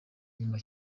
inyuma